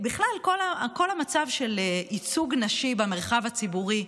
בכלל, כל המצב של ייצוג נשי במרחב הציבורי,